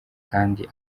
kandi